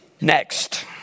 Next